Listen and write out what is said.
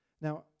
Now